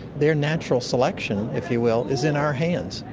their natural selection, if you will, is in our hands.